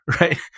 right